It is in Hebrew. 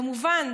כמובן,